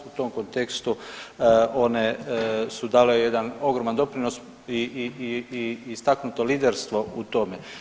U tom kontekstu one su dale jedan ogroman doprinos i istaknuto liderstvo u tome.